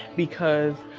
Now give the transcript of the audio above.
because